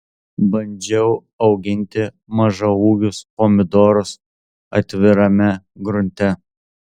bandžiau auginti mažaūgius pomidorus atvirame grunte